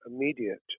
immediate